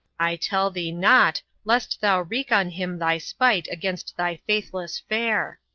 i tell thee not, lest thou wreak on him thy spite against thy faithless fair.